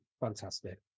fantastic